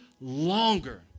longer